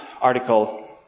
article